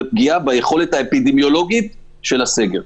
ופגיעה ביכולת האפידמיולוגית של הסגר.